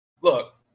Look